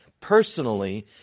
personally